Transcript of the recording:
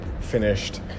finished